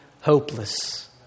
hopeless